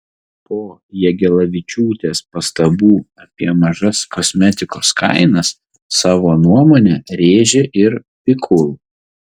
po jagelavičiūtės pastabų apie mažas kosmetikos kainas savo nuomonę rėžė ir pikul